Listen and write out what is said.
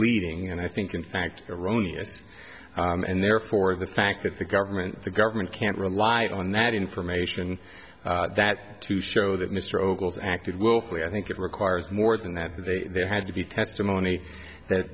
misleading and i think in fact erroneous and therefore the fact that the government the government can't rely on that information that to show that mr ogilvie acted willfully i think it requires more than that they had to be testimony that